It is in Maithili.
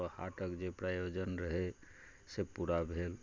तऽ हाटके जे प्रायोजन रहै से पूरा भेल